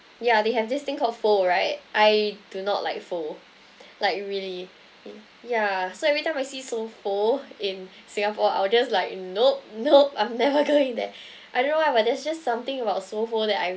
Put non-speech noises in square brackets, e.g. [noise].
yeah they have this thing called pho right I do not like pho like really y~ yeah so every time I see so pho in singapore I will just like nope nope I'm never going there [breath] I don't know why but there's just something about so pho that I